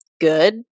good